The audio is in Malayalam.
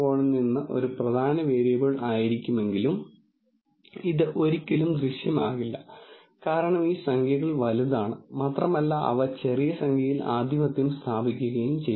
എന്നാൽ നിങ്ങൾ ഒരു ലീനിയർ ക്ലാസിഫയർ ഉപയോഗിക്കുകയും അത് വളരെ നന്നായി പ്രവർത്തിക്കുകയും ചെയ്യുന്നുവെങ്കിൽ ഒരു ഹൈപ്പർ പ്ലെയിൻ ഈ ഡാറ്റയെ രണ്ട് ഗ്രൂപ്പുകളായി വേർതിരിക്കുന്ന വിധത്തിൽ ഡാറ്റ ഓർഗനൈസുചെയ്യാൻ സാധ്യതയുണ്ടെന്ന് നിങ്ങൾക്കറിയാം